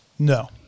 No